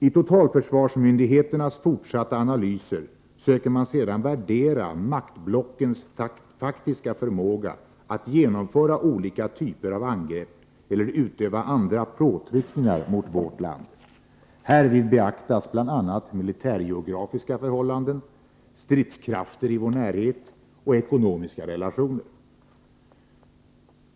I totalförsvarsmyndigheternas fortsatta analyser söker man sedan värdera maktblockens faktiska förmåga att genomföra olika typer av angrepp eller utöva andra påtryckningar mot vårt land. Härvid beaktas bl.a. militärgeografiska förhållanden, stridskrafter i vår närhet och ekonomiska relationer.